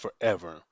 forever